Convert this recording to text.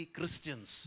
Christians